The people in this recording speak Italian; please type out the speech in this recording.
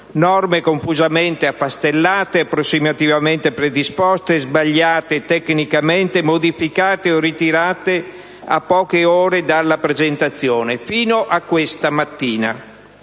Norme confusamente affastellate, approssimativamente predisposte, sbagliate tecnicamente, modificate o ritirate a poche ore dalla presentazione, fino a questa mattina.